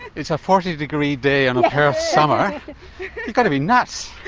it's a forty degree day in a perth summer you've got to be nuts.